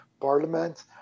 Parliament